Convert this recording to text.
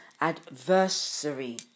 adversary